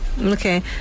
Okay